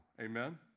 Amen